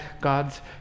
God's